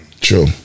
True